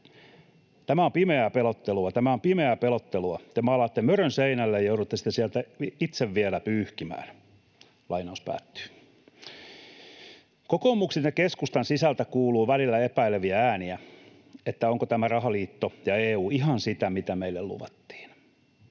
tämä on pimeää pelottelua. Te maalaatte mörön seinälle ja joudutte sitä sieltä itse vielä pyyhkimään.” Kokoomuksen ja keskustan sisältä kuuluu välillä epäileviä ääniä, että onko tämä rahaliitto ja EU ihan sitä, mitä meille luvattiin.